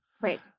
Right